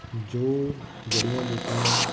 ਜੋ ਜੜ੍ਹੀਆਂ ਬੂਟੀਆਂ